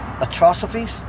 atrocities